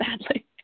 sadly